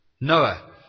Noah